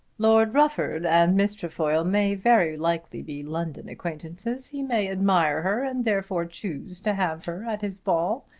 lord rufford and miss trefoil may very likely be london acquaintances. he may admire her and therefore choose to have her at his ball.